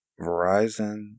verizon